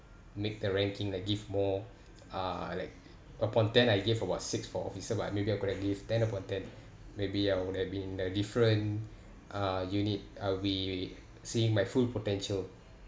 make the ranking like give more uh like upon ten I gave about six for officer but maybe I could have gave ten upon ten maybe I would have been in the different uh unit I'll be seeing my full potential